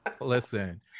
Listen